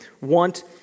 want